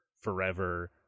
forever